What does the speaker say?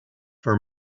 for